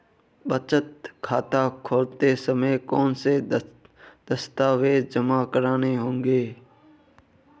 बचत खाता खोलते समय कौनसे दस्तावेज़ जमा करने होंगे?